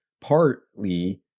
partly